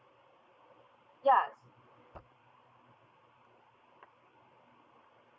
ya